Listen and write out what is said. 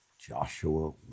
Joshua